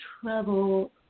trouble